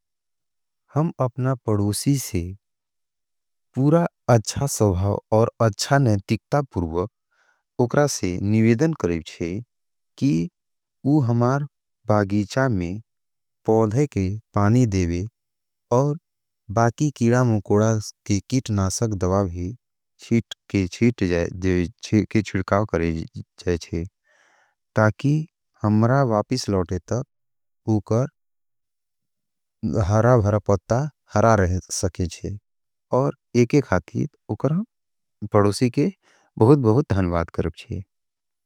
हम अपना पडोसी से पूरा अच्छा सवभाव और अच्छा नेटिक्ता पुरुव उकरा से निवेदन करेव चे कि उह हमार बागीचा में पौधे के पानी देवे और बाकी कीडा मुकोडा के कीट नासक दवा भी छिटकाव करेव चे ताकि हमरा वापिस लोटे तक उकर हरा भरा पत्ता हरा रह सके चे और एके खाथी उकरा पडोसी के बहुत बहुत धन्यवाद करेव चे।